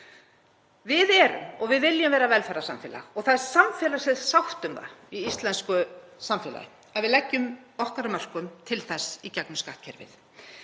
Við erum og við viljum vera velferðarsamfélag og það er samfélagsleg sátt um það í íslensku samfélagi að við leggjum okkar af mörkum til þess í gegnum skattkerfið.